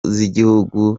z’igihugu